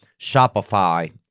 Shopify